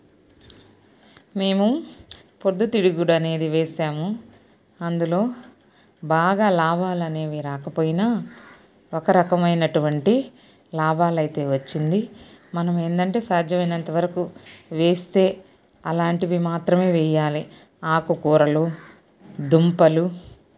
మేము పొద్దుతిరుగుడనేది వేసాము అందులో బాగా లాభాలనేవి రాకపోయినా ఒక రకమైనటువంటి లాభాలైతే వచ్చింది మనం ఏందంటే సాధ్యమైనంతవరకు వేస్తే అలాంటివి మాత్రమే వెయ్యాలి ఆకుకూరలు దుంపలు